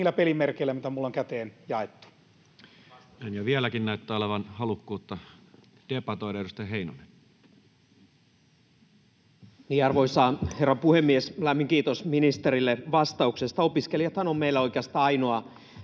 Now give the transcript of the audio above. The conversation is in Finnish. niillä pelimerkeillä, mitä minulle on käteen jaettu. Näin. — Ja vieläkin näyttää olevan halukkuutta debatoida. — Edustaja Heinonen. Arvoisa herra puhemies! Lämmin kiitos ministerille vastauksesta. Opiskelijathan ovat meillä oikeastaan ainoa